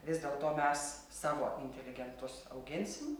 vis dėlto mes savo inteligentus auginsim